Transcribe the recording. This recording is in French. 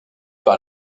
par